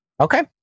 Okay